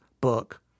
book